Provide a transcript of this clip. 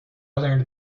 learned